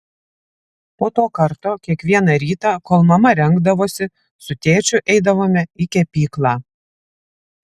po to karto kiekvieną rytą kol mama rengdavosi su tėčiu eidavome į kepyklą